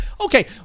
Okay